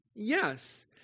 Yes